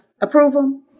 approval